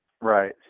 Right